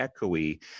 echoey